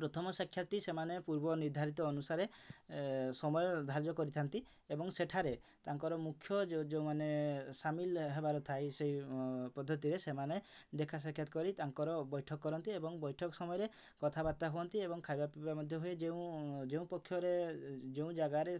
ପ୍ରଥମ ସାକ୍ଷାତ ସେମାନେ ପୂର୍ବ ନିର୍ଦ୍ଧାରିତ ଅନୁସାରେ ସମୟ ଧାର୍ଯ୍ୟ କରିଥାନ୍ତି ଏବଂ ସେଠାରେ ତାଙ୍କର ମୁଖ୍ୟ ଯେଉଁ ଯେଉଁମାନେ ସାମିଲ ହେବାର ଥାଏ ସେଇ ପଦ୍ଧତିରେ ସେମାନେ ଦେଖା ସାକ୍ଷାତ କରି ତାଙ୍କର ବୈଠକ କରନ୍ତି ଏବଂ ବୈଠକ ସମୟରେ କଥାବାର୍ତ୍ତା ହୁଅନ୍ତି ଏବଂ ଖାଇବା ପିଇବା ମଧ୍ୟ ହୁଏ ଯେଉଁ ଯେଉଁ ପକ୍ଷରେ ଯେଉଁ ଜାଗାରେ